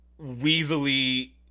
weaselly